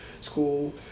school